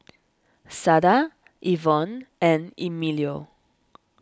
Sada Evonne and Emilio